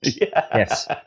Yes